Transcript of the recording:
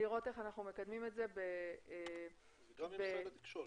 לראות איך אנחנו מקדמים את זה ב --- גם ממשרד התקשורת.